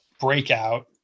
breakout